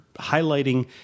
highlighting